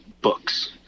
books